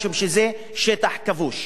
משום שזה שטח כבוש.